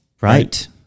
Right